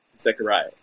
Zechariah